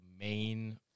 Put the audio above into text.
main